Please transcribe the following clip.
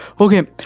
Okay